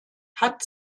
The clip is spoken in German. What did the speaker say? hat